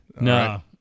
No